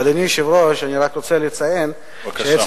אדוני היושב-ראש, אני רק רוצה לציין, בבקשה.